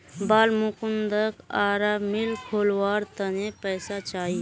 बालमुकुंदक आरा मिल खोलवार त न पैसा चाहिए